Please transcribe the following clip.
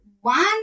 one